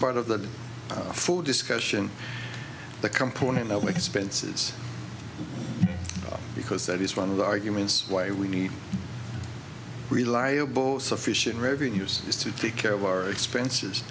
sport of the food discussion the component of expenses because that is one of the arguments why we need reliable sufficient revenues is to take care of our expenses